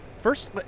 first